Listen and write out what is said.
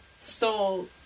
stole